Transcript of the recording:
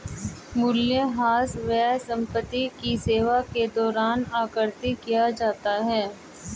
मूल्यह्रास व्यय संपत्ति की सेवा के दौरान आकृति किया जाता है